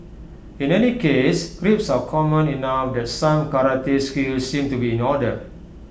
in any case creeps are common enough that some karate skills seem to be in order